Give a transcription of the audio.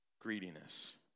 greediness